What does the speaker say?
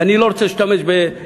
ואני לא רוצה להשתמש באיומים.